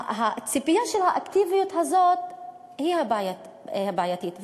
הציפייה לאקטיביות הזאת היא הבעייתית,